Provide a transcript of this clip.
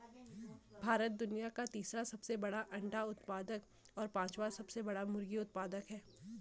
भारत दुनिया का तीसरा सबसे बड़ा अंडा उत्पादक और पांचवां सबसे बड़ा मुर्गी उत्पादक है